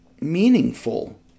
meaningful